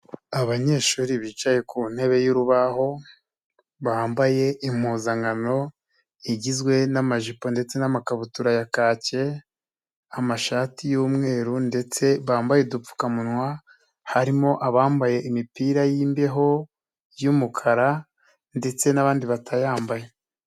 Abanyeshuri bicaye ku ntebe y'urubaho, bambaye impuzankano igizwe n'amajipo ndetse n'amakabutura ya kake, amashati y'umweru ndetse bambaye udupfukamunwa, harimo abambaye imipira y'imbeho y'umukara ndetse n'abandi batayambaye.